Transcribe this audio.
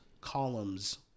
columns